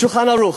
"שולחן ערוך",